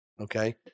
Okay